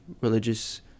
religious